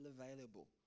available